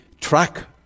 track